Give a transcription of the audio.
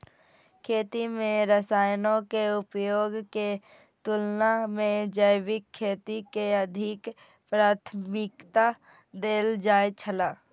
खेती में रसायनों के उपयोग के तुलना में जैविक खेती के अधिक प्राथमिकता देल जाय छला